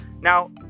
Now